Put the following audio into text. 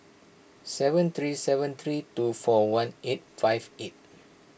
seven three seven three two four one eight five eight